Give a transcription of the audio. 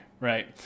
right